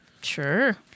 Sure